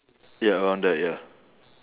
ya around there ya